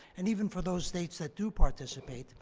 and even for those states that do participate,